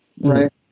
right